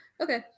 Okay